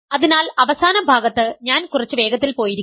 അതിനാൽ അവസാന ഭാഗത്ത് ഞാൻ കുറച്ച് വേഗത്തിൽ പോയിരിക്കാം